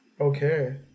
Okay